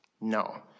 no